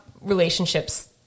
relationships